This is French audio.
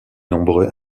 nombreux